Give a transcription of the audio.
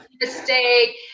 mistake